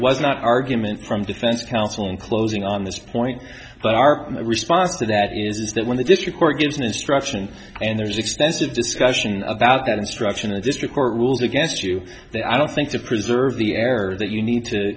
was not argument from defense counsel in closing on this point but our response to that is that when the district court gives an instruction and there's extensive discussion about that instruction the district court rules against you that i don't think to preserve the error that you need to